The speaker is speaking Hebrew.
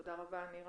תודה רבה, נירה,